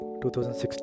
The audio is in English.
2016